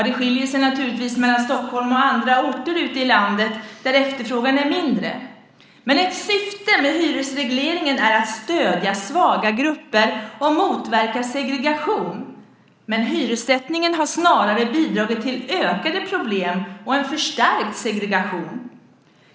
Det skiljer sig naturligtvis mellan Stockholm och andra orter ute i landet där efterfrågan är mindre. Ett syfte med hyresregleringen är att stödja svaga grupper och motverka segregation. Men hyressättningen har snarare bidragit till ökade problem och förstärkt segregation.